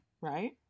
Right